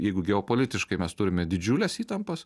jeigu geopolitiškai mes turime didžiules įtampas